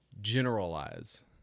generalize